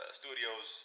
studios